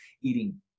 eating